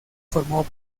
formó